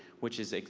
which is,